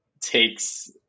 takes